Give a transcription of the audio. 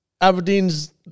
Aberdeen's